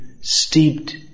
steeped